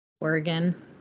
Oregon